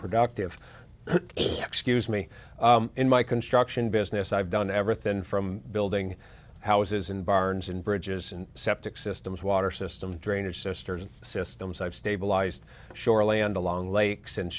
productive excuse me in my construction business i've done everything from building houses and barns and bridges and septic systems water system drainage sisters systems i've stabilized shorly on the long lakes and